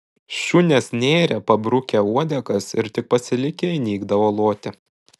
šunes nėrė pabrukę uodegas ir tik pasilikę įnikdavo loti